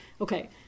Okay